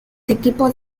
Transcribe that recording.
equipos